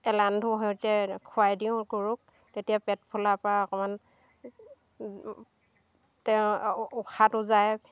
এলান্ধু সৈতে খুৱাই দিওঁ গৰুক তেতিয়া পেট ফুলাৰ পৰা অকণমান তেওঁ উশাহটো যায়